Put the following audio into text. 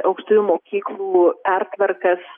aukštųjų mokyklų pertvarkas